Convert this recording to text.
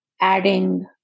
adding